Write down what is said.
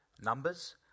numbers